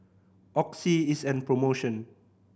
Oxy is on promotion